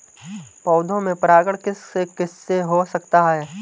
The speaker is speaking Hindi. पौधों में परागण किस किससे हो सकता है?